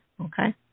Okay